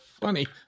funny